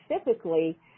specifically –